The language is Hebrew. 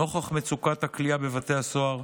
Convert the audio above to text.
נוכח מצוקת הכליאה בבתי הסוהר,